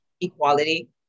equality